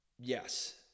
yes